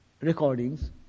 recordings